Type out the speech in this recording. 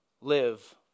live